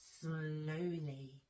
slowly